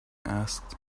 asked